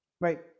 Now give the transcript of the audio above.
Right